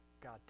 God